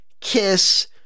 Kiss